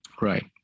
Right